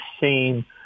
seen